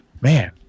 Man